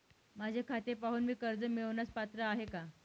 माझे खाते पाहून मी कर्ज मिळवण्यास पात्र आहे काय?